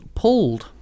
pulled